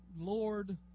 Lord